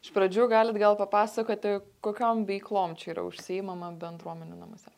iš pradžių galit gal papasakoti kokiom veiklom čia yra užsiimama bendruomenių namuose